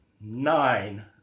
nine